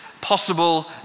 possible